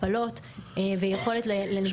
הפלות ויכולת לנגישות לבריאות,